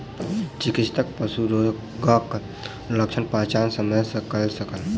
चिकित्सक पशु रोगक लक्षणक पहचान समय सॅ कय सकल